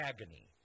Agony